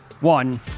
One